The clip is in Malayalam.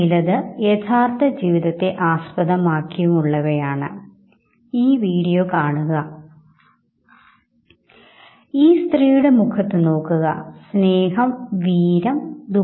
മറ്റൊരാളുടെ കൂടെ ഇരുന്ന് സിനിമ കാണുന്ന അവസരത്തിൽ ഉണ്ടായ ഭാവ പ്രകടനങ്ങളും വൈകാരിക പ്രകടനങ്ങളും നിരീക്ഷണ വിധേയമായിരുന്നു